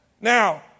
Now